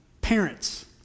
Parents